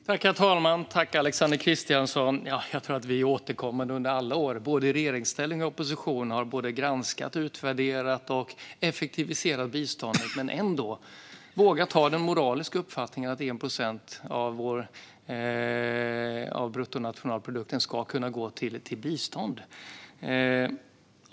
Herr talman! Jag tror att vi återkommande under alla år, både i regeringsställning och i opposition, har både granskat, utvärderat och effektiviserat biståndet men ändå vågat ha den moraliska uppfattningen att 1 procent av bruttonationalprodukten ska kunna gå till bistånd.